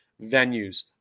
venues